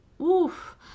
oof